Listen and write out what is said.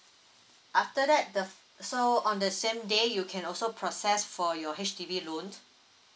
after that the uh so on the same day you can also process for your H_D_B loan